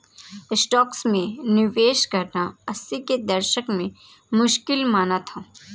stocks में निवेश करना अस्सी के दशक में मुश्किल काम था